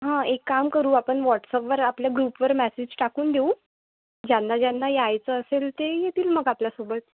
हां एक काम करू आपण व्हॉट्सअपवर आपल्या ग्रुपवर मॅसेज टाकून देऊ ज्यांना ज्यांना यायचं असेल ते येतील मग आपल्यासोबत